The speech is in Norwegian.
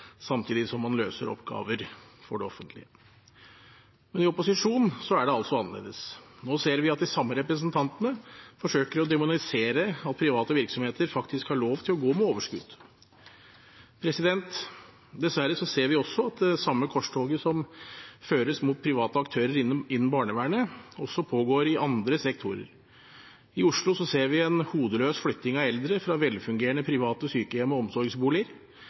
samtidig som man løser oppgaver for det offentlige. I opposisjon er det altså annerledes. Nå ser vi at de samme representantene forsøker å demonisere at private virksomheter faktisk har lov til å gå med overskudd. Dessverre ser vi at det samme korstoget som føres mot private aktører innen barnevernet, også pågår i andre sektorer. I Oslo ser vi en hodeløs flytting av eldre fra velfungerende private sykehjem og omsorgsboliger.